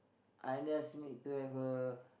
I just need to have a